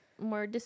more